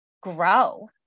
grow